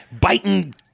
biting